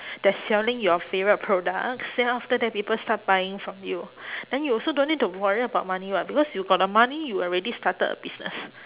that's selling your favourite products then after that people start buying from you then you also don't need to worry about money what because you got the money you already started a business